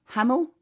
Hamel